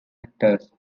actors